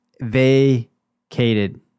vacated